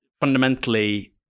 fundamentally